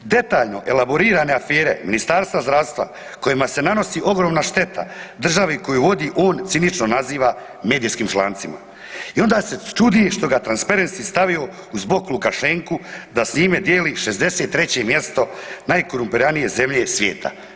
Detaljno elaborirane afere Ministarstva zdravstva kojima se nanosi ogromna šteta državi koju vodi, on cinično naziva medijskim člancima i onda se čudi što ga je Transparency stavio uz bok Lukašenku da s njime dijeli 63. mjesto najkorumpiranije zemlje svijeta.